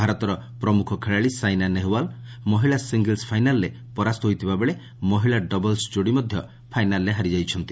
ଭାରତର ପ୍ରମ୍ଖ ଖେଳାଳି ସାଇନା ନେହୱାଲ ମହିଳା ସିଙ୍ଗଲ୍ସ୍ ଫାଇନାଲ୍ରେ ପରାସ୍ତ ହୋଇଥିବାବେଳେ ମହିଳା ଡବଲ୍ସ୍ ଯୋଡ଼ି ମଧ୍ୟ ଫାଇନାଲ୍ରେ ହାରିଯାଇଛନ୍ତି